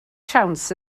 siawns